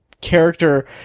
character